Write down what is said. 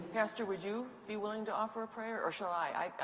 pastor, would you be willing to offer a prayer or should i?